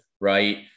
Right